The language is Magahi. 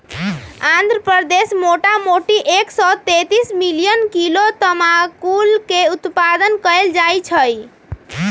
आंध्र प्रदेश मोटामोटी एक सौ तेतीस मिलियन किलो तमाकुलके उत्पादन कएल जाइ छइ